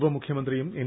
ഉപമുഖ്യമന്ത്രിയും N